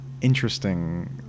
interesting